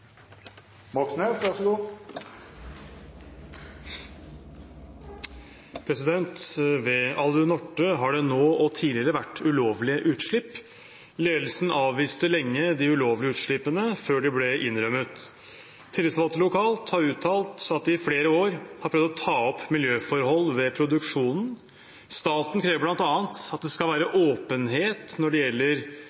Alunorte har det nå og tidligere vært ulovlige utslipp. Ledelsen avviste lenge de ulovlige utslippene, før de til slutt ble innrømmet. Lokale tillitsvalgte har uttalt at de i flere år har prøvd å ta opp miljøforhold ved produksjonen. Staten krever blant annet at det skal være